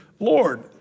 Lord